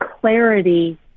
clarity